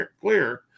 clear